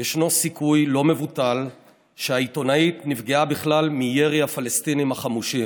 ישנו סיכוי לא מבוטל שהעיתונאית נפגעה בכלל מירי הפלסטינים החמושים.